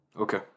Okay